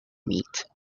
meat